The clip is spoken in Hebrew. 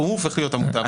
והוא הופך להיות המוטב.